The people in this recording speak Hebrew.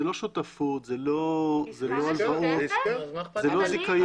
זה לא שותפות, זה לא הלוואות, זה לא זיכיון.